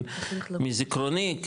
אבל מזיכרוני,